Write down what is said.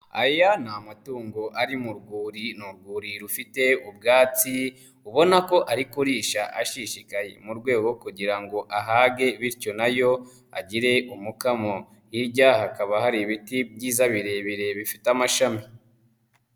Aya ni amatungo ari mu rwuri, ni urwuri rufite ubwatsi ubona ko ari kurisha ashishikaye mu rwego rwo kugira ngo ahage bityo na yo agire umukamo, hirya hakaba hari ibiti byiza birebire bifite amashami.